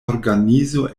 organizo